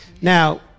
now